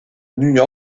new